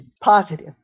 Positive